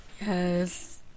yes